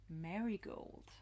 Marigold